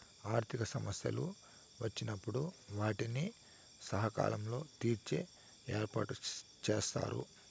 ఆర్థిక సమస్యలు వచ్చినప్పుడు వాటిని సకాలంలో తీర్చే ఏర్పాటుచేశారు